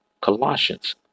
Colossians